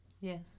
Yes